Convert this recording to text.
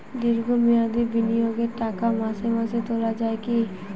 দীর্ঘ মেয়াদি বিনিয়োগের টাকা মাসে মাসে তোলা যায় কি?